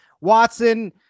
Watson